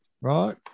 Right